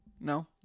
No